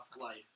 life